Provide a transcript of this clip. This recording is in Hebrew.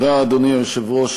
אדוני היושב-ראש,